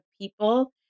people